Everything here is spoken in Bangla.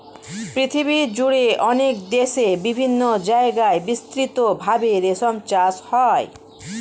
পৃথিবীজুড়ে অনেক দেশে বিভিন্ন জায়গায় বিস্তৃত ভাবে রেশম চাষ হয়